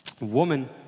Woman